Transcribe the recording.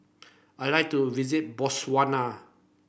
I like to visit Botswana